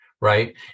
right